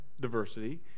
diversity